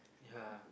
ya